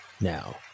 Now